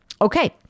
Okay